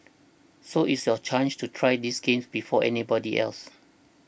so it's your chance to try these games before anybody else